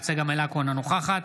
אינו נוכח צגה מלקו,